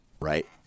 right